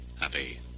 happy